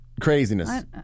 craziness